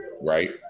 right